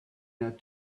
that